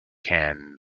can